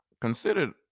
considered